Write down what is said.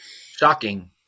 Shocking